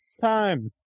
time